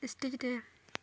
stage ᱨᱮ